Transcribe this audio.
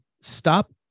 stop